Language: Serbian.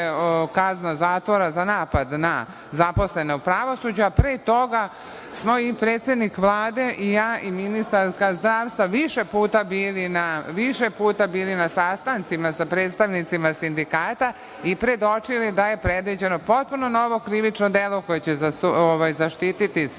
kazna zatvora za napad na zaposlene u pravosuđu, a pre toga smo i predsednik Vlade i ja i ministarka zdravstva više puta bili na sastancima sa predstavnicima sindikata i predočili da je predviđeno potpuno novo krivično delo koje će zaštiti sve